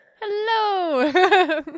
Hello